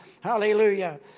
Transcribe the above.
hallelujah